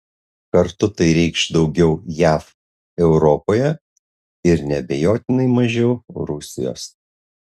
kartu tai reikš daugiau jav europoje ir neabejotinai mažiau rusijos